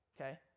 okay